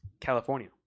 California